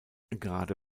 gerade